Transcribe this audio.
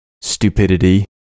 stupidity